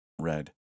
Red